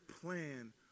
plan